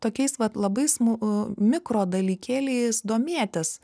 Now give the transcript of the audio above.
tokiais vat labai smu mikro dalykėliais domėtis